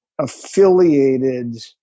affiliated